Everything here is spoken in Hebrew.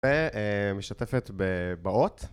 ומשתפת בבאות